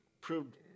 proved